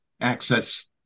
access